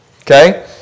okay